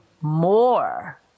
more